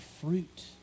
fruit